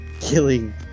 Killing